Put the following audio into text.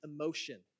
emotion